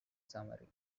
summary